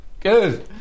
Good